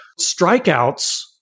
strikeouts